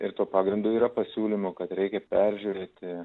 ir tuo pagrindu yra pasiūlymų kad reikia peržiūrėti